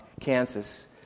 Kansas